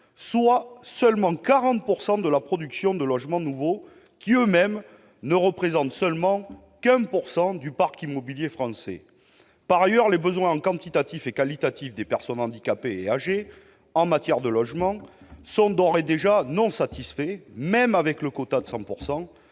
soit seulement 40 % de la production de logements nouveaux qui, eux-mêmes, ne représentent que 1 % du parc immobilier français. Par ailleurs, les besoins quantitatifs et qualitatifs des personnes handicapées et des personnes âgées en matière de logements ne sont d'ores et déjà pas satisfaits, même avec le quota actuel